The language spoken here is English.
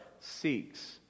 seeks